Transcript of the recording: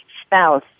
spouse